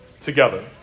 together